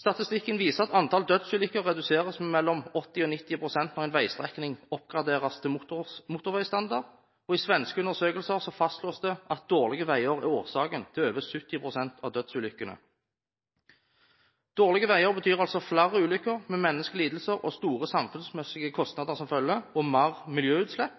Statistikken viser at antall dødsulykker reduseres med mellom 80 og 90 pst. når en veistrekning oppgraderes til motorveistandard, og i svenske undersøkelser fastslås det at dårlige veier er årsaken til over 70 pst. av dødsulykkene. Dårlige veier betyr altså flere ulykker, med menneskelige lidelser og store samfunnsmessige kostnader som følge og mer miljøutslipp,